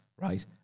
right